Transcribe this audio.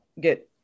get